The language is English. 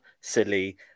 silly